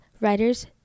writers